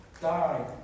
died